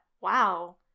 wow